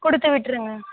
கொடுத்து விட்டுருங்க